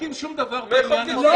-- ואתם לא מחוקקים שום דבר בעניין הזה.